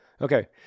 Okay